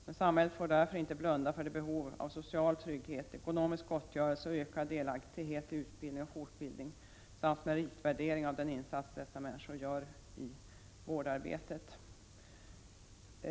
Men samhället får därför inte blunda för de behov som finns av social trygghet, ekonomisk gottgörelse och ökad delaktighet i utbildning och fortbildning samt meritvärdering av den insats dessa människor gör i vårdarbetet.